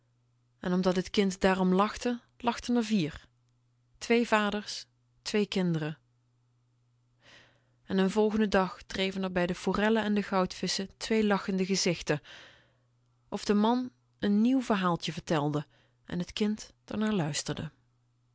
en omdat t kind daarom lachte lachten r vier twee vaders twee kinderen en den volgenden dag dreven r bij de forellen en de goudvisschen twee lachende gezichten of de man n nieuw verhaaltje vertelde en t kind